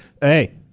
Hey